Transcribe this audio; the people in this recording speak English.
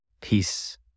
peace